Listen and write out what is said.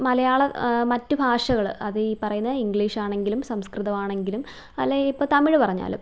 മലയാളം മറ്റു ഭാഷകള് അത് ഈ പറയുന്ന ഇംഗ്ലീഷാണെങ്കിലും സംസ്കൃതവാണെങ്കിലും അല്ല ഇപ്പോൾ തമിഴ് പറഞ്ഞാലും